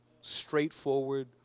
straightforward